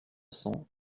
cents